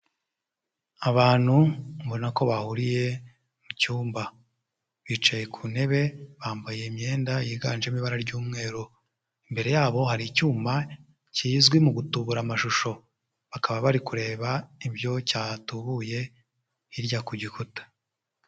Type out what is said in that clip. Abantu ubona ko bahuriye mu cyumba bicaye ku ntebe bambaye imyenda yiganjemo ibara ry'umweru, imbere yabo hari icyuma kizwi mu gutubura amashusho bakaba bari kureba ibyo cyatubuye hirya ku gikuta.